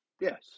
Yes